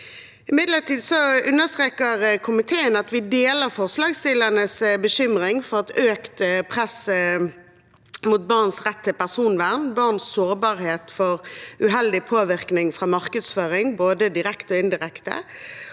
Komiteen understreker imidlertid at vi deler forslagsstillernes bekymring for økt press mot barns rett til personvern, barns sårbarhet for uheldig påvirkning fra markedsføring, både direkte og indirekte,